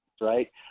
right